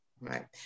right